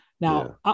Now